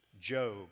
Job